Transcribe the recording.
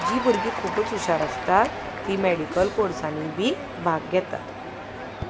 जीं भुरगीं खुबूच हुशार आसतात ती मेडिकल कोर्सांनी बी भाग घेतात